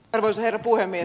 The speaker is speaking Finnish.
arvoisa herra puhemies